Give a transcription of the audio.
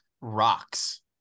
rocks